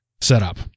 setup